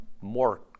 more